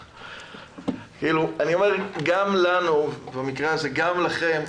גם לנו, במקרה הזה גם לכם,